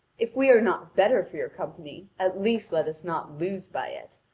if we are not better for your company, at least let us not lose by it.